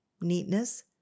neatness